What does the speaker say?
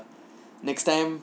next time